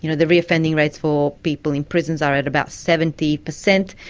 you know the reoffending rates for people in prisons are and about seventy per cent,